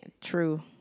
True